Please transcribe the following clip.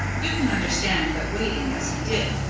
you can understand that waiting, as he did,